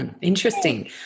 Interesting